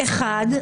אחד,